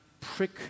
prick